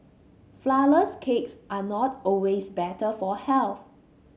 flourless cakes are not always better for health